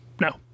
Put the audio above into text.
no